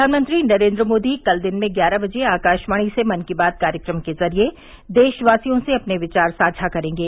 प्रधानमंत्री नरेन्द्र मोदी कल दिन में ग्यारह बजे आकाशवाणी से मन की बात कार्यक्रम के जरिये देशवासियों से अपने विचार साझा करेंगे